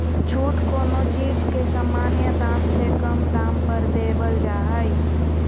छूट कोनो चीज के सामान्य दाम से कम दाम पर देवल जा हइ